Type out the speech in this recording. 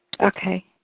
Okay